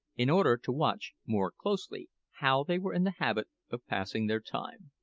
in order to watch more closely how they were in the habit of passing their time.